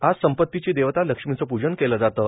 आज संपतीची देवता लक्ष्मीचं प्जन केलं जातं